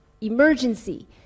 emergency